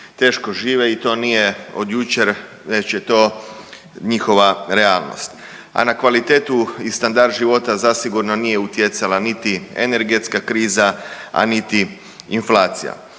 teško žive i to nije od jučer već je to njihova realnost, a na kvalitetu i standard života zasigurno nije utjecala niti energetska kriza, a niti inflacija.